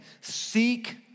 seek